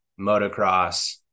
motocross